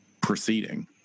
proceeding